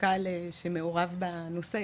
וחשכ"ל שמעורב בנושא,